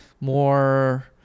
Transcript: more